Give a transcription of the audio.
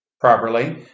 properly